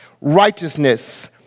righteousness